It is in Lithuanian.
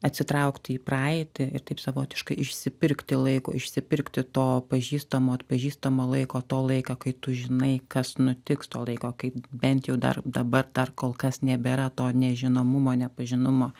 atsitraukti į praeitį ir taip savotiškai išsipirkti laiko išsipirkti to pažįstamo atpažįstamo laiko to laiką kai tu žinai kas nutiks to laiko kai bent jau dar dabar dar kol kas nebėra to nežinomumo nepažinumo